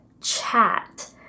chat